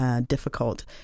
Difficult